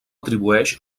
atribueix